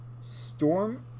Storm